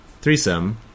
threesome